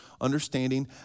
understanding